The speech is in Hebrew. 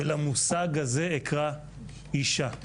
ולמושג הזה אקרא אישה.